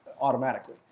automatically